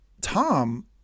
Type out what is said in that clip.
tom